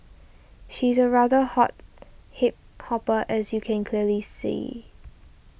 she's a rather hot hip hopper as you can clearly see